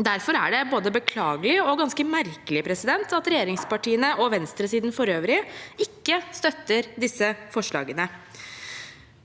Derfor er det både beklagelig og ganske merkelig at regjeringspartiene og venstresiden for øvrig ikke støtter disse forslagene.